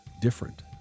different